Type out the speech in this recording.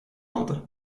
aldı